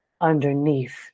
underneath